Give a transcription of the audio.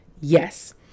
yes